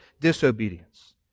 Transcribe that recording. disobedience